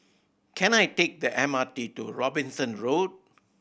can I take the M R T to Robinson Road